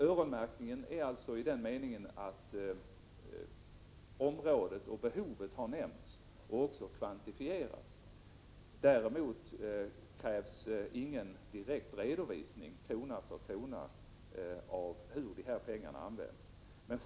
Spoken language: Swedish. Öronmärkningen gäller i den meningen, att området och behovet har nämnts och kvantifierats. Däremot krävs ingen direkt redovisning krona för krona av hur pengarna används.